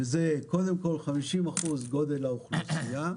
שזה קודם כול 50% גודל האוכלוסייה,